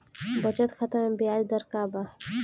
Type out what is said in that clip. बचत खाता मे ब्याज दर का बा?